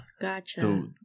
Gotcha